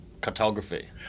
cartography